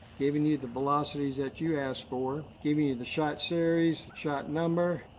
giving you the velocities that you asked for. giving you the shot series, shot number.